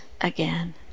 again